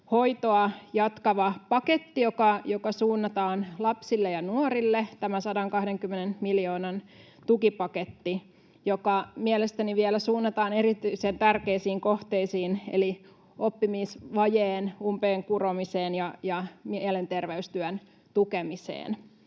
hoitoa jatkava paketti, joka suunnataan lapsille ja nuorille — tämä 120 miljoonan tukipaketti, joka mielestäni vielä suunnataan erityisen tärkeisiin kohteisiin eli oppimisvajeen umpeen kuromiseen ja mielenterveystyön tukemiseen.